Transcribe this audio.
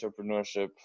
entrepreneurship